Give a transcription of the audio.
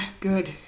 good